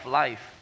life 。